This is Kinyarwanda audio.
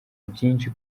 byinshi